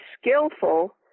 skillful